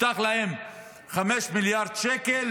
הובטחו להם 5 מיליארד שקל